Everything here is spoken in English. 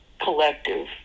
collective